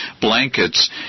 blankets